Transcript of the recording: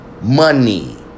money